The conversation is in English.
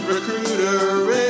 Recruiter